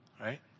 right